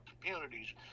communities